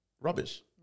rubbish